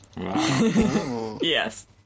Yes